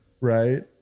Right